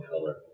color